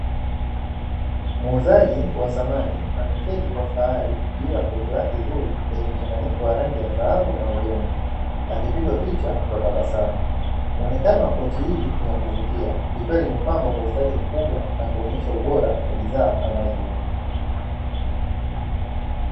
Muuzaji wa samani ameketi kwa fahari juu ya kochi lake zuri lenye mchanganyiko wa rangi ya dhahabu na udongo akipigwa picha kwa tabasamu. Muonekano wa kochi hili ni wa kuvutia likiwa limepambwa kwa ustadi mkubwa na kuonyesha ubora wa bidhaa anazouza.